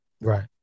Right